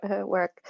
work